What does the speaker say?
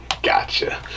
Gotcha